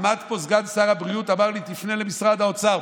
עמד פה סגן שר הבריאות, אמר לי: תפנה למשרד האוצר.